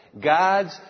God's